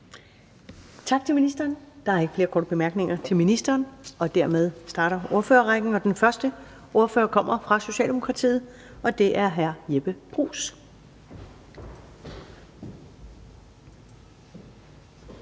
Tak til ministeren. Der er ikke flere korte bemærkninger til ministeren, og dermed starter ordførerrækken. Den første ordfører kommer fra Socialdemokratiet, og det er hr. Jeppe Bruus.